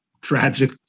Tragic